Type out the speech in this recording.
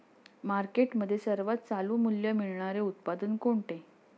मार्केटमध्ये सर्वात चालू मूल्य मिळणारे उत्पादन कोणते?